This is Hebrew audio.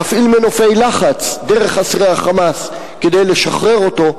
להפעיל מנופי לחץ דרך אסירי ה"חמאס" כדי לשחרר אותו,